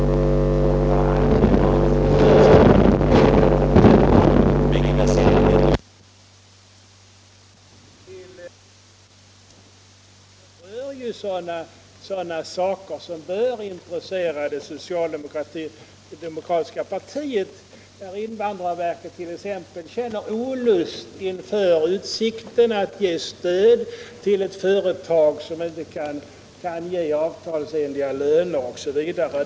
Det skulle vara mycket värdefullt att få en kommentar till den skrivelsen därför att den berör sådana saker som bör intressera det socialdemokratiska partiet, t.ex. detta att invandrarverket känner olust inför utsikterna att lämna stöd till ett företag som inte kan ge avtalsenliga löner osv.